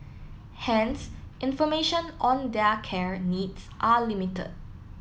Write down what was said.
hence information on their care needs are limited